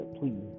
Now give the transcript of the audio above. please